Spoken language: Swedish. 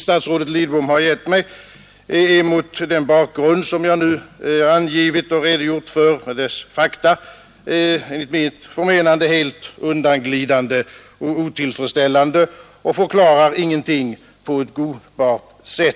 Statsrådet Lidboms svar på min fråga är mot den bakgrund som jag Nr 68 angivit och redogjort för enligt mitt förmenande helt undanglidande och Torsdagen den otillfredsställande och förklarar ingenting på ett godtagbart sätt.